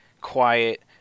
quiet